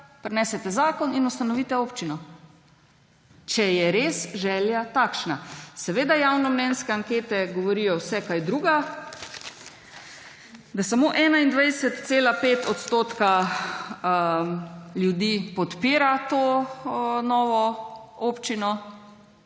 prinesete zakon in ustanovite občino, če je res želja takšna. Seveda javnomnenjske ankete govorijo vse kaj drugega, da samo 21,5 % ljudi podpira to novo občino,